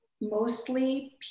mostly